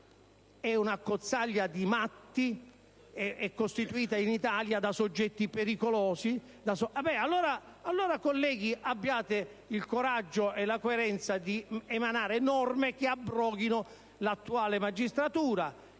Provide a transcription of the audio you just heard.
sia un'accozzaglia di matti, sia costituita in Italia da soggetti pericolosi. Allora, colleghi, abbiate il coraggio e la coerenza di adottare norme che abroghino l'attuale magistratura,